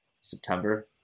September